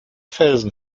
felsen